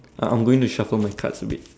uh I'm going to shuffle my cards a bit